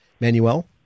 Manuel